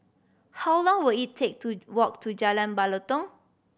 how long will it take to walk to Jalan Batalong